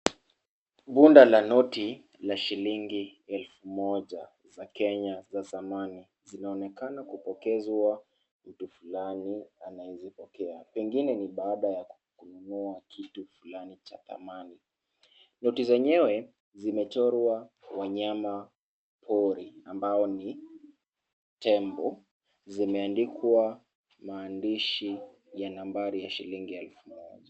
Bunda la noti la shilingi elfu mmoja za kenya za zamani. Zinaonekana kupokezwa mtu fulani aneyeipokea. Pengine ni baada ya kununua kitu fulani cha dhamani. Noti zenyewe zimechorwa wamnyama pori ambao ni tembo, zimeandikwa maandishi ya nambari ya shilingi elfu moja.